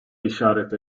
işaret